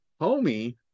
Homie